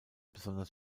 besonders